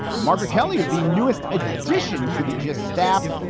margaret kelly is the newest addition to the gist staff.